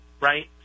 Right